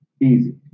easy